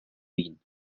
wien